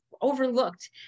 overlooked